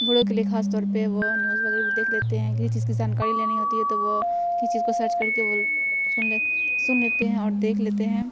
بوڑھوں کے لیے خاص طور پہ وہ نیوز وغیرہ بھی دیکھ لیتے ہیں کسی چیز کی جانکاری لینی ہوتی ہے تو وہ کسی چیز کو سرچ کر کے وہ سن لے سن لیتے ہیں اور دیکھ لیتے ہیں